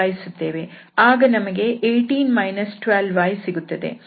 ಆಗ ನಮಗೆ 1812y ಸಿಗುತ್ತದೆ